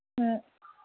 ம்